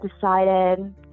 decided